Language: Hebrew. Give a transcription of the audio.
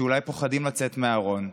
שאולי פוחדים לצאת מהארון,